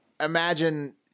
imagine